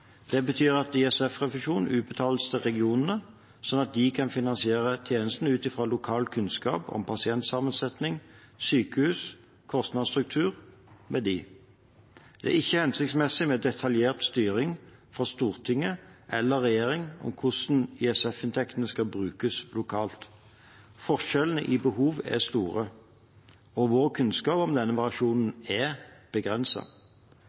Det betyr at ISF-refusjon utbetales til regionene, slik at de kan finansiere tjenestene ut fra lokal kunnskap om pasientsammensetning, sykehus og kostnadsstruktur ved disse. Det er ikke hensiktsmessig med detaljert styring fra Stortinget eller regjeringen om hvordan ISF-inntektene skal brukes lokalt. Forskjellene i behov er store, og vår kunnskap om denne variasjonen